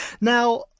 Now